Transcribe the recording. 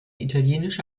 italienische